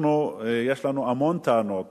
אנחנו, יש לנו המון טענות